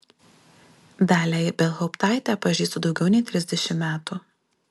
dalią ibelhauptaitę pažįstu daugiau nei trisdešimt metų